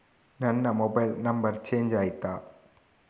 ನನ್ನ mobile number change ಆಯ್ತಾ?